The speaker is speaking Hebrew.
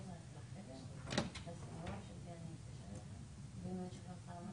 לא, הוא לא רוצה, הוא אמר לי שהוא לא רוצה.